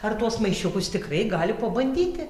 ar tuos maišiukus tikrai gali pabandyti